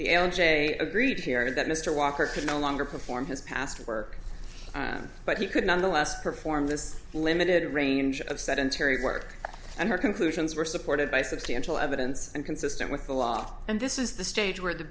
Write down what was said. the l j agreed here that mr walker could no longer perform his past work but he could nonetheless perform this limited range of sedentary work and her conclusions were supported by substantial evidence and consistent with the law and this is the stage where the